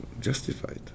justified